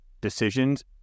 decisions